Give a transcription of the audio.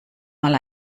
mal